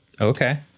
Okay